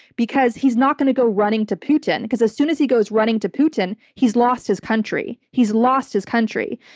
because he's not going to go running to putin, because as soon as he goes running to putin, he's lost his country. he's lost his country.